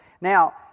now